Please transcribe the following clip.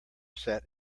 sat